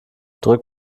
drück